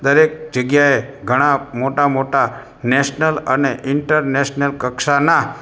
દરેક જગ્યાએ ઘણાં મોટાં મોટાં નેશનલ અને ઇન્ટરનેશનલ કક્ષાનાં